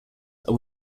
are